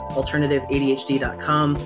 alternativeadhd.com